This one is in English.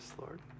Lord